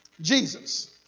Jesus